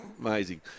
Amazing